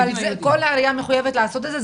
כל עירייה מחויבת לעשות את זה?